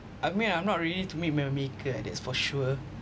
I mean I'm not ready to meet maker that's for sure